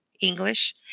English